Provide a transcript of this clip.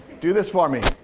do this for me.